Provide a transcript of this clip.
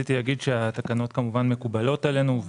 רציתי להגיד שהתקנות מקובלות עלינו,